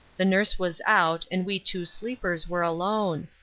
the nurse was out, and we two sleepers were alone.